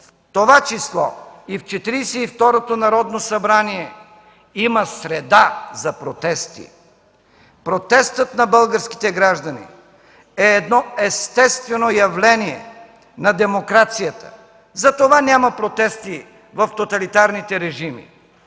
Четиридесет и второто Народно събрание има среда за протести. Протестът на българските граждани е едно естествено явление на демокрацията. Затова няма протести в тоталитарните режими.